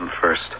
first